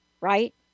right